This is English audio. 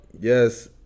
yes